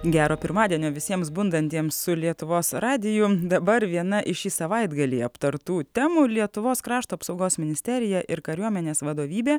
gero pirmadienio visiems bundantiems su lietuvos radiju dabar viena iš šį savaitgalį aptartų temų lietuvos krašto apsaugos ministerija ir kariuomenės vadovybė